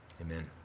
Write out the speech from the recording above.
amen